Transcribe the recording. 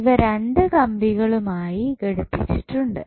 ഇവ രണ്ട് കമ്പികളുമായി ഘടിപ്പിച്ചിട്ടുണ്ട്